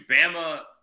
Bama